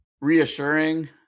reassuring